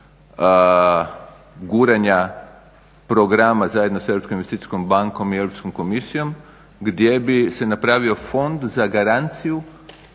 guranja programa zajedno s Europskom investicijskom bankom i Europskom komisijom gdje bi se napravio font za garanciju